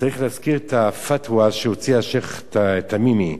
צריך להזכיר את הפתווה שהוציא השיח' תמימי,